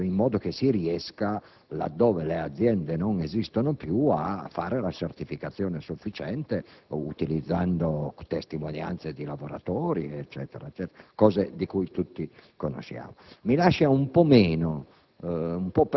in modo che si riesca, laddove le aziende non esistono più, a fornire una certificazione sufficiente utilizzando anche le testimonianze dei lavoratori; cose che tutti conosciamo. Mi lascia un po'